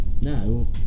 No